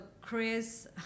chris